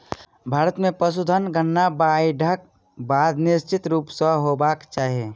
भारत मे पशुधन गणना बाइढ़क बाद निश्चित रूप सॅ होयबाक चाही